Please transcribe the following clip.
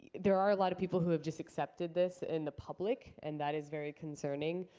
there are a lot of people who have just accepted this in the public, and that is very concerning.